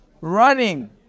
running